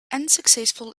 unsuccessful